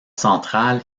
central